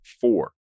four